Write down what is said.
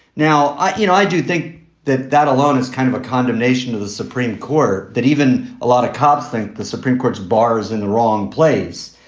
now, i you know i do think that that alone is kind of a condemnation of the supreme court that even a lot of cops think the supreme court's bars in the wrong place.